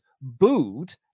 booed